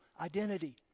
identity